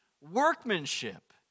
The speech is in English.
workmanship